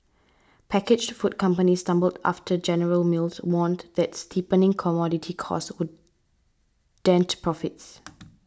packaged food companies stumbled after General Mills warned that steepening commodity costs would dent profits